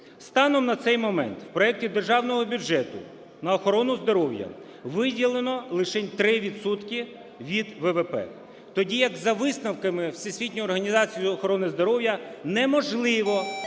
Станом на цей момент у проекті державного бюджету на охорону здоров'я лишень 3 відсотки від ВВП. Тоді як за висновками Всесвітньої організації охорони здоров'я неможливо